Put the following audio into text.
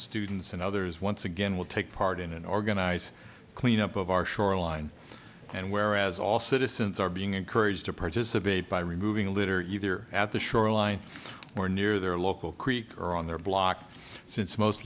students and others once again will take part in an organized cleanup of our shoreline and whereas all citizens are being encouraged to participate by removing a litter either at the shoreline or near their local creek or on their block since most